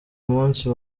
umunsi